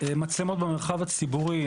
מצלמות במרחב הציבורי,